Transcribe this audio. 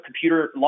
computer